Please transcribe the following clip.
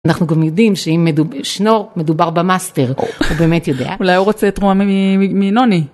אנחנו גם יודעים שאם מדובר, מדובר במאסטר, הוא באמת יודע. אולי הוא רוצה תרומה מנוני.